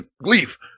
leave